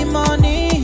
money